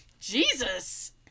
Jesus